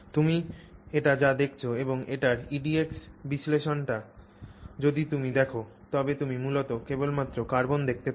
তুমি এটি যা দেখছ এবং এটির EDX বিশ্লেষণটি যদি তুমি দেখ তবে তুমি মূলত কেবলমাত্র কার্বন দেখতে পাবে